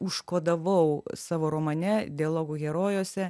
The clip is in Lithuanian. užkodavau savo romane dialogų herojuose